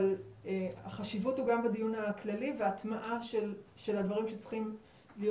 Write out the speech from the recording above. החשיבות הוא גם בדיון הכללי וההטמעה של הדברים שצריכים להיות